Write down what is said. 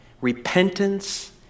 repentance